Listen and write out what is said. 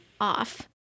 off